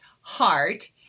heart